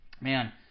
man